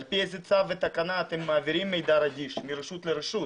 ועל פי איזה צו ותקנה אתם מעבירים מידע רגיש מרשות לרשות,